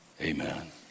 Amen